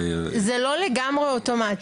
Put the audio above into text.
וזה בסדר ונכון.